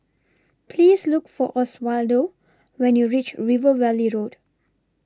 Please Look For Oswaldo when YOU REACH River Valley Road